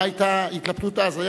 מה היתה ההתלבטות אז?